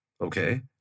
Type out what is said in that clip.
Okay